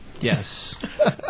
Yes